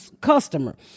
customer